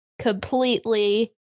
completely